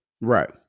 Right